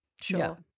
Sure